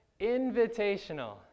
invitational